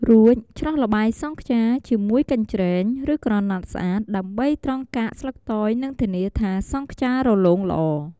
រួច ច្រោះល្បាយសង់ខ្យាជាមួយកញ្ច្រែង ឬក្រណាត់ស្អាត ដើម្បីត្រងកាកស្លឹកតើយនិងធានាថាសង់ខ្យារលោងល្អ។